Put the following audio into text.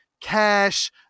cash